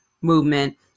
movement